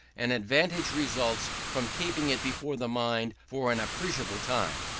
an advantage results from keeping it before the mind for an appreciable time.